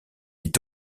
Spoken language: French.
est